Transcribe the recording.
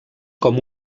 com